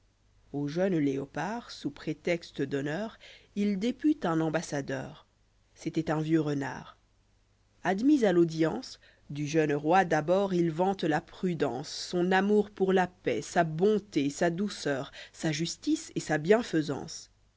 au jeune léopard sous prétexte d'honneur il députe un ambassadeur c'étoit un vieux renard admis à l'audience du jeune roi d'abord il vante la prudence son amour pour la paix sa bonté sa douceur sa justice et sa bienfaisance